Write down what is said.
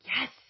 Yes